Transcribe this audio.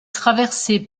traversée